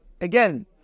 Again